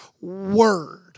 word